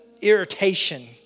irritation